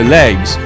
legs